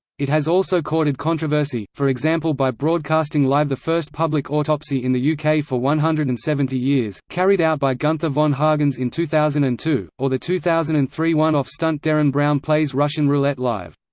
it has also courted controversy, for example by broadcasting live the first public autopsy in the yeah uk for one hundred and seventy years, carried out by gunther von hagens in two thousand and two, or the two thousand and three one-off stunt derren brown plays russian roulette live.